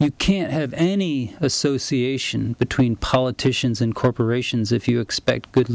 you can't have any association between politicians and corporations if you expect good